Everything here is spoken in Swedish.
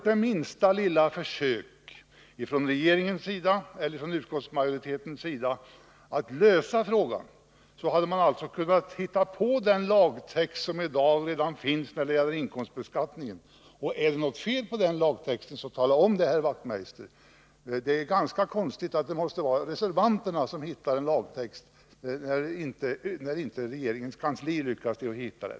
Om det minsta lilla försök att lösa problemet hade gjorts från regeringens sida eller från utskottsmajoritetens sida, hade man alltså kunnat hitta den lagtext som redan i dag finns när det gäller inkomstbeskattningen. Är det något fel på den lagtexten, så tala om det, herr Wachtmeister! Det är ganska konstigt att det måste vara reservanterna som hittar en lagtext när inte regeringens kansli lyckats hitta den.